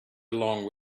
along